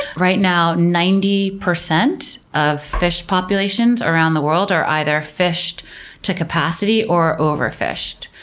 right now, ninety percent of fish populations around the world are either fished to capacity or overfished,